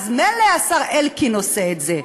אז מילא השר אלקין עושה את זה,